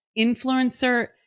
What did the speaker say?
Influencer